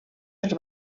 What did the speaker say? els